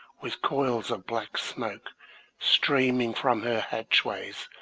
with coils of black smoke streaming from her hatchways,